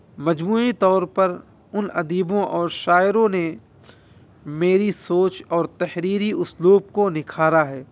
مجموعی طور پر ان ادیبوں اور شاعروں نے میری سوچ اور تحریری اسلوب کو نکھارا ہے